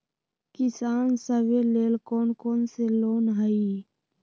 किसान सवे लेल कौन कौन से लोने हई?